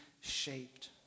shaped